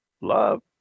love